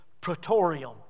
praetorium